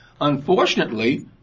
Unfortunately